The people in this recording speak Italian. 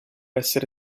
essere